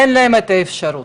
אין להם את האפשרות,